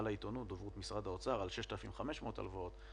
שדוברות משרד האוצר הוציאה הודעה לעיתונות על 6,500 הלוואות.